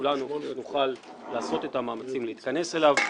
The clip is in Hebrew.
שכולנו נוכל לעשות את המאמצים להתכנס אליו.